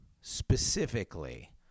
specifically